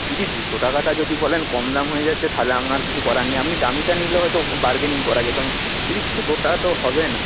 দিদি দুশো টাকাটা যদি বলেন কম দাম হয়ে যাচ্ছে তাহলে আমার কিছু করার নেই আপনি দামিটা নিলে হয়তো বারগেনিং করা যেত দিদি ছোটোটা তো হবে না